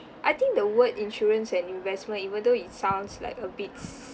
I think the word insurance and investment even though it sounds like a bit